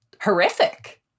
horrific